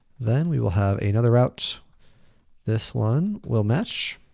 then we will have another route. this one will match